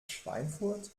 schweinfurt